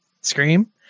Scream